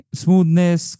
smoothness